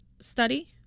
study